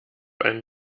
einen